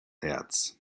herz